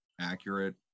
accurate